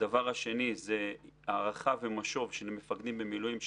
הדבר השני זה הערכה ומשוב של מפקדים במילואים.